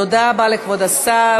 תודה רבה לכבוד השר,